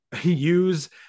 use